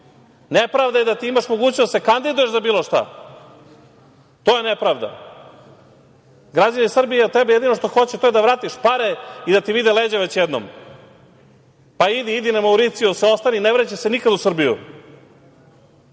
Nepravda je da ti imaš mogućnost da se kandiduješ za bilo šta. To je nepravda. Građani Srbije od tebe jedino što hoće to je da vratiš pare i da ti vide leđa već jednom, pa idi, idi na Mauricijus, ostani i ne vraćaj se nikad u Srbiju